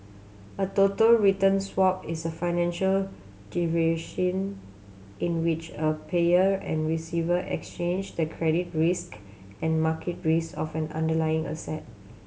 a total return swap is a financial in which a payer and receiver exchange the credit risk and market risk of an underlying asset